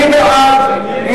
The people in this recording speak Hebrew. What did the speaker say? מי בעד?